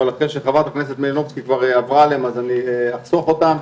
אבל אחרי שחברת הכנסת מלינובסקי כבר עברה עליהם אני אחסוך אותם,